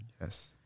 Yes